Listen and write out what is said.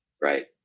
Right